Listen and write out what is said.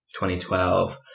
2012